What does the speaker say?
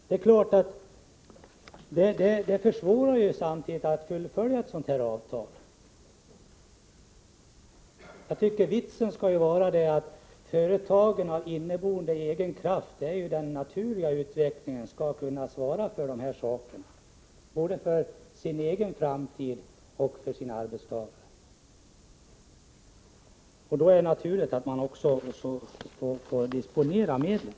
Det är klart att detta försvårar möjligheten att samtidigt fullfölja ett sådant här avtal. Vitsen är ju att företagen av egen inneboende kraft skall kunna svara för dessa frågor. Det är ju den naturliga utvecklingen både när det gäller företagets framtid och när det gäller arbetstagarna. Då är det naturligt att företagen själva skall få disponera medlen.